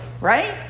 right